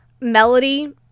Melody